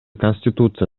конституция